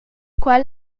quel